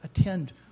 attend